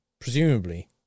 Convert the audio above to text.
presumably